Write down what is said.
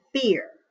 fear